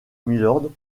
mylord